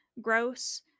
gross